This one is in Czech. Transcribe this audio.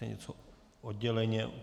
Něco odděleně?